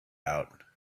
out